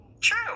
true